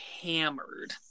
hammered